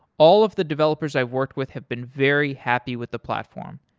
all of the developers i've worked with have been very happy with the platform.